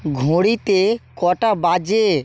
ঘড়িতে কটা বাজে